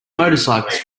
motorcyclist